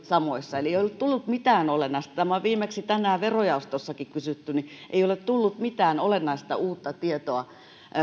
samoissa eli ei ollut tullut mitään olennaista tämä on viimeksi tänään verojaostossakin kysytty eikä ole tullut mitään olennaista uutta tietoa